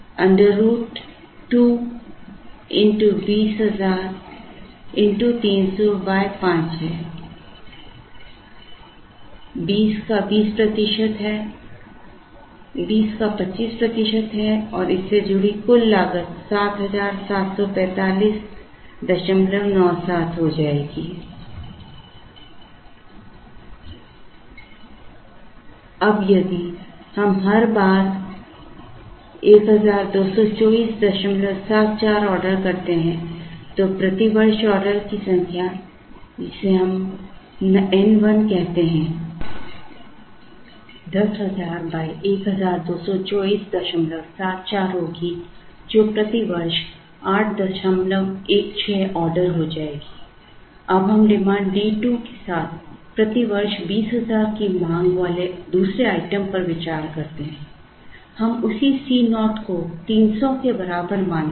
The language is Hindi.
अब हम डिमांड D2 के साथ प्रति वर्ष 20000 की मांग वाले दूसरे आइटम पर विचार करते हैं हम उसी Co को 300 के बराबर मानते हैं